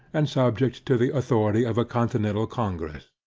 and subject to the authority of a continental congress.